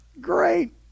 great